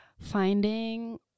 finding